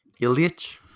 Ilyich